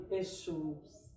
issues